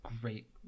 great